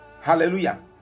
Hallelujah